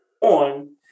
on